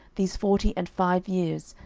these forty and five years,